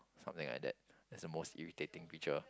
something like that that's the most irritating picture